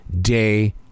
day